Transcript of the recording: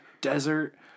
desert